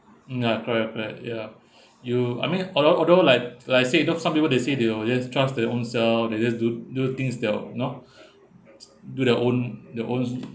mm ya correct correct ya you I mean although although like like say you know some people they say they will just trust their own self they just do do things that are not do their own their own